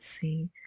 see